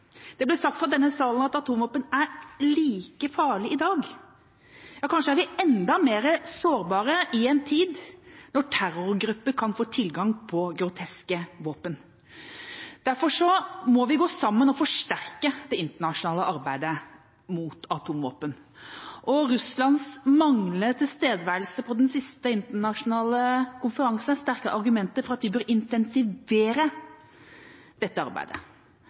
det også med atomvåpen. Det ble sagt fra denne sal at atomvåpen er like farlig i dag. Ja, kanskje er vi enda mer sårbare i en tid da terrorgrupper kan få tilgang til groteske våpen. Derfor må vi gå sammen og forsterke det internasjonale arbeidet mot atomvåpen. Russlands manglende tilstedeværelse på den siste internasjonale konferansen gir sterke argumenter for at vi bør intensivere dette arbeidet.